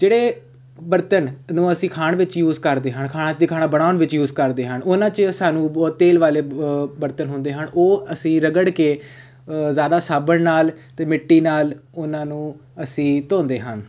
ਜਿਹੜੇ ਬਰਤਨ ਨੂੰ ਅਸੀਂ ਖਾਣ ਵਿੱਚ ਯੂਜ ਕਰਦੇ ਹਨ ਖਾਣ ਅਤੇ ਖਾਣਾ ਬਣਾਉਣ ਵਿੱਚ ਯੂਜ ਕਰਦੇ ਹਨ ਉਹਨਾਂ 'ਚ ਸਾਨੂੰ ਬਹੁਤ ਤੇਲ ਵਾਲੇ ਬ ਬਰਤਨ ਹੁੰਦੇ ਹਨ ਉਹ ਅਸੀਂ ਰਗੜ ਕੇ ਜ਼ਿਆਦਾ ਸਾਬਣ ਨਾਲ ਅਤੇ ਮਿੱਟੀ ਨਾਲ ਉਹਨਾਂ ਨੂੰ ਅਸੀਂ ਧੋਂਦੇ ਹਨ